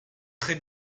très